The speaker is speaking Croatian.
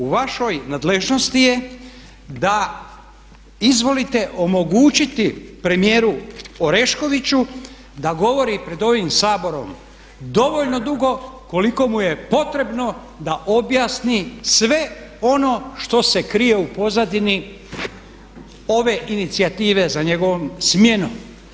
U vašoj nadležnosti je da izvolite omogućiti premijeru Oreškoviću da govori pred ovim Saborom dovoljno dugo koliko mu je potrebno da objasni sve ono što se krije u pozadini ove inicijative za njegovom smjenom.